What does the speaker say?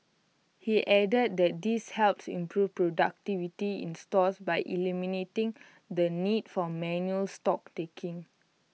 he added that this helps improve productivity in stores by eliminating the need for manual stock taking